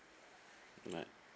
goodbye